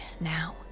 now